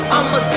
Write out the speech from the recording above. I'ma